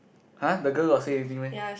!huh! the girl got say anything meh